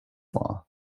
law